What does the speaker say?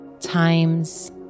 Times